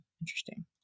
interesting